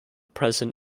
present